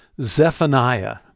Zephaniah